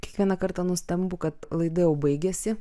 kiekvieną kartą nustembu kad laida jau baigiasi